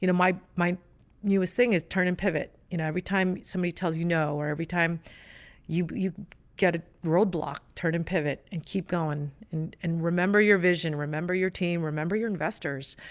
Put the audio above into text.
you know my my newest thing is turning pivot. you know, every time somebody tells you no or every time you you get a roadblock, turn and pivot and keep going and and remember your vision. remember your team, remember your investors.